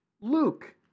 Luke